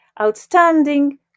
outstanding